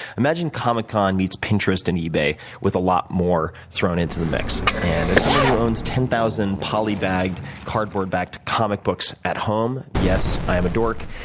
imagine comicon meets pinterest and ebay with a lot more thrown into the mix. and as someone who owns ten thousand poly bagged, cardboard backed comic books at home, yes, i am a dork,